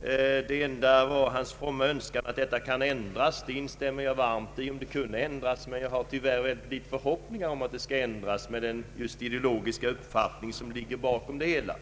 Han uttryckte endast en from önskan att detta kan ändras. Det instämmer jag varmt i. Men jag har tyvärr små förhoppningar om att det kan ändras med den ideologiska uppfattning som ligger bakom doktrinen.